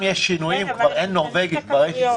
אם נהיה קונקרטיים,